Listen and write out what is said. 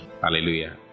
Hallelujah